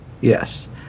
Yes